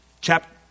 chapter